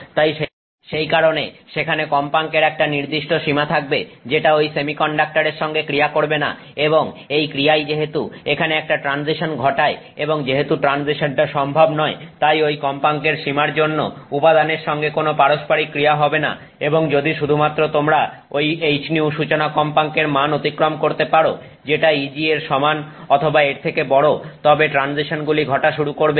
তাই সেই কারণে সেখানে কম্পাঙ্কের একটা নির্দিষ্ট সীমা থাকবে যেটা ঐ সেমিকন্ডাক্টরের সঙ্গে ক্রিয়া করবে না এবং এই ক্রিয়াই যেহেতু এখানে একটা ট্রানজিশন ঘটায় এবং যেহেতু ট্রানজিশনটা সম্ভব নয় তাই ঐ কম্পাঙ্কের সীমার জন্য উপাদানের সঙ্গে কোন পারস্পরিক ক্রিয়া হবে না এবং যদি শুধুমাত্র তোমরা ঐ hυ সূচনা কম্পাঙ্কের মান অতিক্রম করতে পারো যেটা Eg এর সমান অথবা এর থেকে বড় তবে ট্রানজিশনগুলি ঘটা শুরু করবে